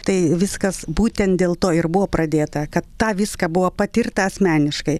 tai viskas būtent dėl to ir buvo pradėta kad tą viską buvo patirta asmeniškai